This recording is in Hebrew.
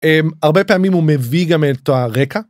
הרבה פעמים הוא מביא גם את הרקע.